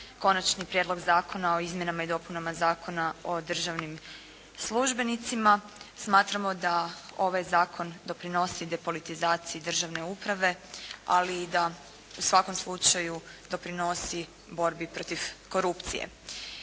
Konačni prijedlog zakona o izmjenama i dopunama Zakona o državnim službenicima. Smatramo da ovaj zakon doprinosi depolitizaciji državne uprave, ali i da u svakom slučaju doprinosi borbi protiv korupcije.